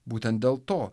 būtent dėl to